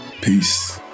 Peace